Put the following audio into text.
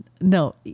No